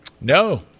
No